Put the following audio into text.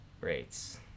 rates